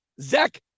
Zach